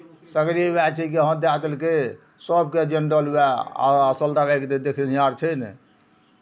सगरे उएह छै कि हँ दए देलकै सभके जनरल उएह आ असल दबाइके तऽ देखनिहार छै नहि